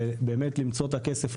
ובאמת למצוא את הכסף,